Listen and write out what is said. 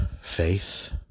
faith